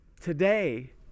today